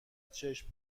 چشم